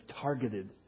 targeted